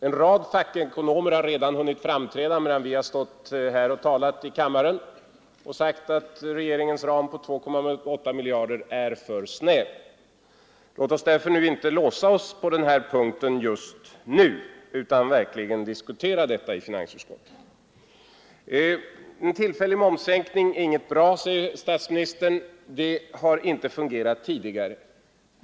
En rad fackekonomer har redan hunnit framträda för radion medan vi har stått här och talat i kammaren, och de har sagt att regeringens ram på 2,8 miljarder är för snäv. Låt oss därför inte låsa oss på den punkten just nu, utan verkligen diskutera detta i finansutskottet! En tillfällig momssänkning är inte bra, säger statsministern — någonting sådant har inte fungerat tidigare.